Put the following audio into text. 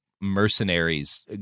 mercenaries